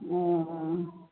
ओऽ